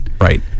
Right